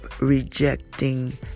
rejecting